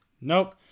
Nope